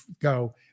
go